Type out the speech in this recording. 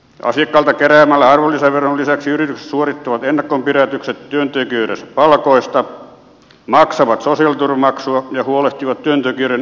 asiakkailta keräämänsä arvonlisäveron lisäksi yritykset suorittavat ennakonpidätykset työntekijöidensä palkoista maksavat sosiaaliturvamaksua ja huolehtivat työntekijöiden pakollisista vakuutuksista